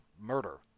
murder